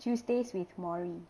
tuesdays with morrie